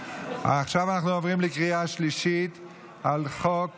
עכשיו אנחנו עוברים לקריאה שלישית על חוק